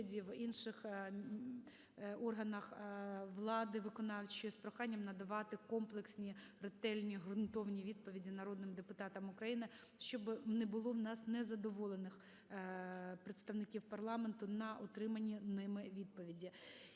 в інших органах влади виконавчої з проханням надавати комплексні, ретельні, ґрунтовні відповіді народним депутатам України, щоб не було в нас незадоволених представників парламенту на отримані ними відповіді.